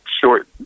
short